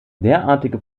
derartige